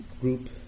group